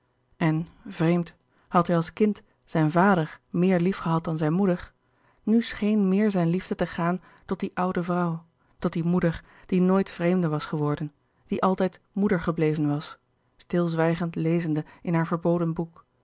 en vreemd had hij als kind zijn vader meer liefgehad dan zijn moeder nu scheen meer zijn liefde te gaan tot die oude vrouw tot die moeder die nooit vreemde was geworden die altijd moeder gebleven was stilzwijgend lezende in haar verboden boek